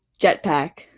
Jetpack